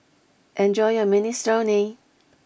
enjoy your Minestrone